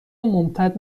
ممتد